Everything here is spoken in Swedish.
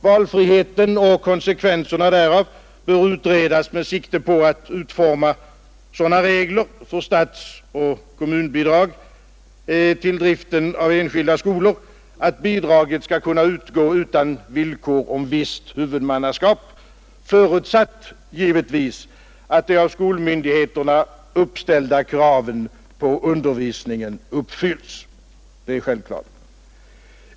Valfriheten och konsekvenserna därav bör utredas med sikte på att utforma sådana regler för statsoch kommunbidrag till driften av enskilda skolor att bidraget skall kunna utgå utan villkor om visst huvudmannaskap — förutsatt givetvis att de av skolmyndigheterna uppställda kraven på undervisningen uppfylls. Det är självklart.